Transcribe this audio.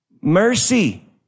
mercy